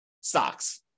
stocks